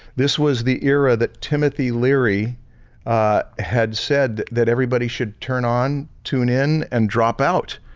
this was the era that timothy leary had said that everybody should turn on, tune in and drop out.